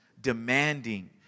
demanding